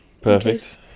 perfect